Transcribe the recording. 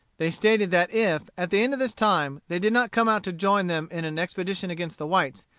they stated that if, at the end of this time, they did not come out to join them in an expedition against the whites,